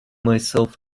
myself